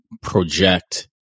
project